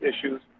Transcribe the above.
issues